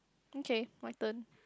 okay my turn